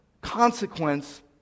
consequence